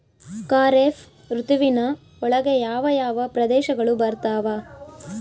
ಖಾರೇಫ್ ಋತುವಿನ ಒಳಗೆ ಯಾವ ಯಾವ ಪ್ರದೇಶಗಳು ಬರ್ತಾವ?